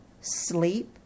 sleep